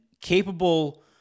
capable